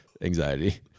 Anxiety